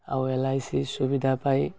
ଆଉ L I C ସୁବିଧା ପାଇ